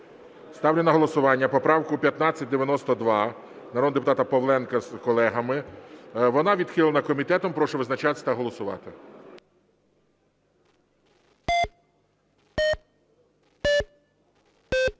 Ставлю на голосування поправку 1592 народного депутата Павленка з колегами, вона відхилена комітетом. Прошу визначатись та голосувати.